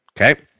okay